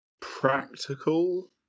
practical